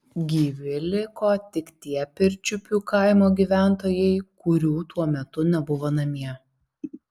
gyvi liko tik tie pirčiupių kaimo gyventojai kurių tuo metu nebuvo namie